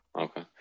okay